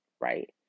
right